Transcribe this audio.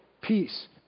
peace